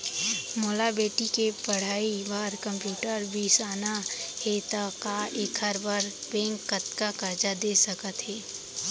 मोला बेटी के पढ़ई बार कम्प्यूटर बिसाना हे त का एखर बर बैंक कतका करजा दे सकत हे?